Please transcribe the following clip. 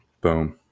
Boom